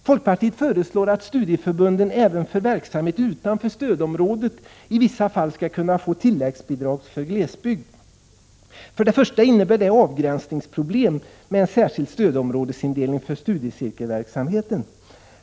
Folkpartiet föreslår att studieförbunden även för verksamhet utanför stödområdet i vissa fall skall kunna få tilläggsbidrag för glesbygd. För det första innebär det avgränsningsproblem med en särskild stödområdesindelning för studiecirkelsverksamheten.